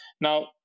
now